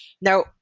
Now